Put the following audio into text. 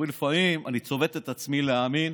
לפעמים אני צובט את עצמי להאמין